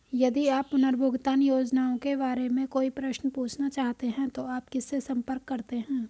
यदि आप पुनर्भुगतान योजनाओं के बारे में कोई प्रश्न पूछना चाहते हैं तो आप किससे संपर्क करते हैं?